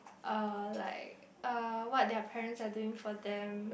uh like uh what their parents are doing for them